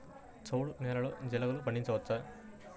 చవుడు నేలలో జీలగలు పండించవచ్చా?